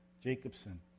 Jacobson